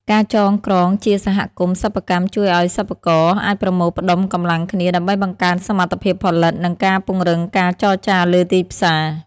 ការចងក្រងជាសហគមន៍សិប្បកម្មជួយឱ្យសិប្បករអាចប្រមូលផ្ដុំកម្លាំងគ្នា ដើម្បីបង្កើនសមត្ថភាពផលិត និងការពង្រឹងការចរចាលើទីផ្សារ។